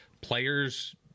players